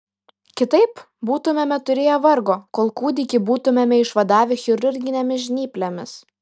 kitaip būtumėme turėję vargo kol kūdikį būtumėme išvadavę chirurginėmis žnyplėmis